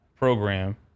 Program